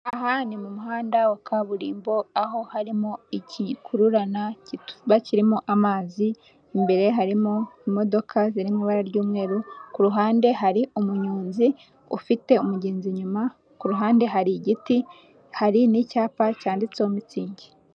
Aha ni mu muhanda wa kaburimbo aho harimo igikururana kibakirimo amazi imbere harimo imodoka ziri mu ibara ry'umweru, ku ruhande hari umunyonzi ufite umugenzi inyuma kuruhande hari igiti, hari n'icyapa cyanditseho mitsingi.